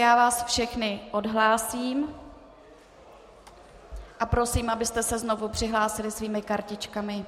Já vás všechny odhlásím a prosím, abyste se znovu přihlásili svými kartičkami.